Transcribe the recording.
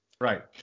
Right